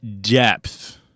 depth